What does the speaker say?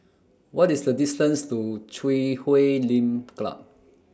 What IS The distance to Chui Huay Lim Club